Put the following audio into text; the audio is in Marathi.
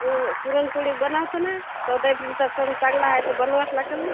पुरणपोळी बनवतो ना चौदा एप्रिलचा सण चांगला आहे तर बनवावीच लागेल ना